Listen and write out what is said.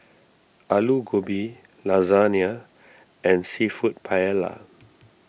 Alu Gobi Lasagna and Seafood Paella